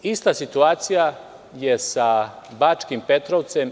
Ista situacija je sa Bačkim Petrovcem.